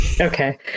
Okay